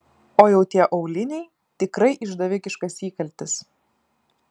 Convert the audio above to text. o jau tie auliniai tikrai išdavikiškas įkaltis